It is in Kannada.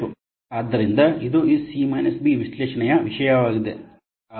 ಆದ್ದರಿಂದ ಇದು ಈ ಸಿ ಬಿ ವಿಶ್ಲೇಷಣೆಯ ವಿಷಯವಾಗಿದೆ